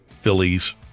Phillies